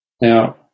Now